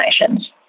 nations